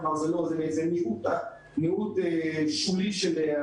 כלומר זה מיעוט שולי.